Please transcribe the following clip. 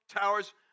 towers